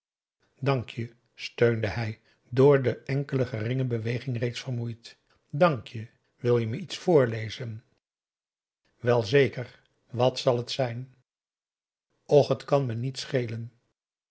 dank je steunde hij door de enkele geringe beweging reeds vermoeid dank je wil je me iets voorlezen wel zeker wat zal het zijn och het kan me niet schelen